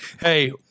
Hey